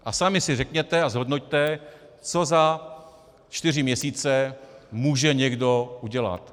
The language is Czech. A sami si řekněte a zhodnoťte, co za čtyři měsíce může někdo udělat.